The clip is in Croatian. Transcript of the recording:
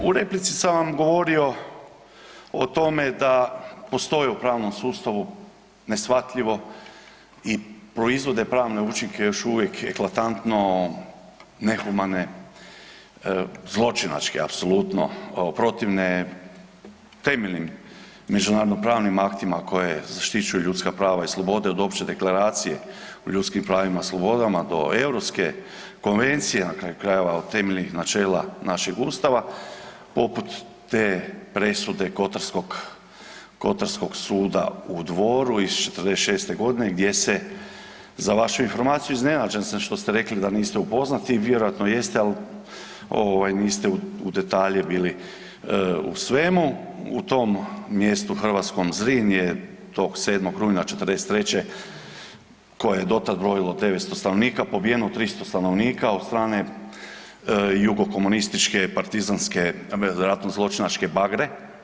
U replici sam vam govorio o tome da postoje u pravnom sustavu neshvatljivo i proizvode pravne učinke još uvijek eklatantno nehumane zločinačke apsolutno protivne temeljenim međunarodno pravnim aktima koje zaštićuju ljudska prava i slobode od Opće deklaracije o ljudskim pravima i slobodama do Europske konvencije na kraju krajeva o temeljnih načela našeg Ustava poput te presude Kotarskog suda u Dvoru iz '46.g. gdje se za vašu informaciju iznenađen sam što ste rekli da niste upoznato, vjerojatno jeste ali ovaj niste u detalje bili u svemu u tom mjestu hrvatskom Zrin je tog 7. rujna '43. koje je do tad brojilo 900 stanovnika pobijeno 300 stanovnika od strane jugokomunističke partizanske vjerojatno zločinačke bagre.